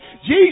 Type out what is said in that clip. Jesus